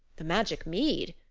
the magic mead?